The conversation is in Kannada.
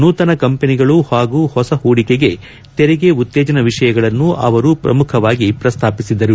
ನೂತನ ಕಂಪನಗಳು ಹಾಗೂ ಹೊಸ ಹೂಡಿಕೆಗೆ ತೆರಿಗೆ ಉತ್ತೇಜನ ವಿಷಯಗಳನ್ನು ಅವರು ಪ್ರಮುಖವಾಗಿ ಪ್ರಸ್ತಾಪಿಸಿದರು